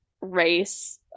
race